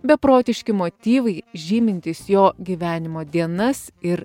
beprotiški motyvai žymintys jo gyvenimo dienas ir